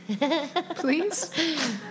Please